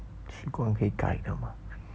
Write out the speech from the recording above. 习惯可以改的吗